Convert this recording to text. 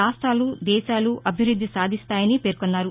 రాష్ట్రెలు దేశాలు అభివృద్ది సాధిస్తాయని పేర్కొన్నారు